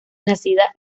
nacida